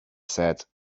said